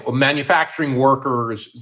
manufacturing workers,